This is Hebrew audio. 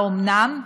האומנם?